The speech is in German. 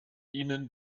ihnen